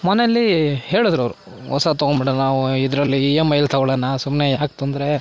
ಮನೆಯಲ್ಲಿ ಹೇಳದ್ರು ಅವರು ಹೊಸಾದ್ ತಗೊಂಬಿಡಣ ಇದರಲ್ಲಿ ಇ ಎಮ್ ಐಲಿ ತಗೊಳಣ ಸುಮ್ಮನೆ ಯಾಕೆ ತೊಂದರೆ